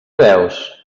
veus